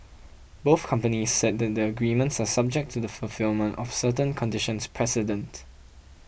both companies said that the agreements are subject to the fulfilment of certain conditions precedent